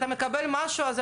יש